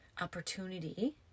opportunity